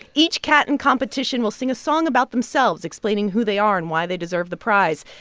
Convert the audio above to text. each cat in competition will sing a song about themselves, explaining who they are and why they deserve the prize.